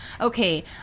Okay